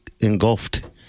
engulfed